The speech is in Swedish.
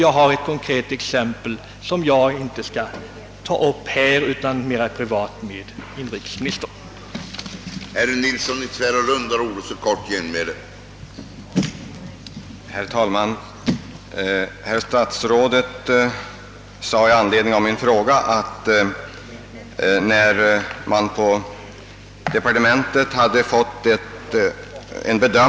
Jag har ett annat konkret exempel, som jag mer privat skall tala med inrikesministern om.